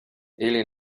ele